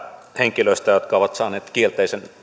henkilöistä jotka ovat saaneet kielteisen